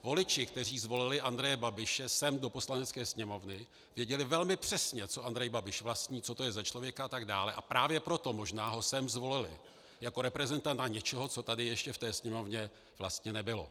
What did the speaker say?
Voliči, kteří zvolili Andreje Babiše sem do Poslanecké sněmovny, věděli velmi přesně, co Andrej Babiš vlastní, co to je za člověka a tak dále, a právě proto možná ho sem zvolili jako reprezentanta něčeho, co tady ještě v té Sněmovně vlastně nebylo.